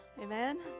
Amen